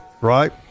right